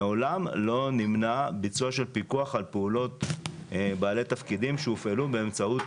מעולם לא נמנע ביצוע של פיקוח על פעולות בעלי תפקידים שהופעלו באמצעות